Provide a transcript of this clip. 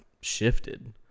shifted